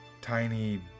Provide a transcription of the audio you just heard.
tiny